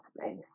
space